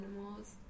animals